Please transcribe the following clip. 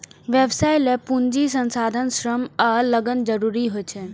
व्यवसाय लेल पूंजी, संसाधन, श्रम आ लगन जरूरी होइ छै